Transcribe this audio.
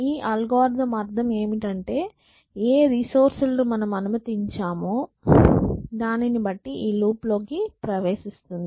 ఈ అల్గోరిథం అర్థం ఏమిటి అంటే ఏ రిసోర్స్ లను మనము అనుమతించామో దానిని బట్టి ఈ లూప్ లోకి ప్రవేశిస్తుంది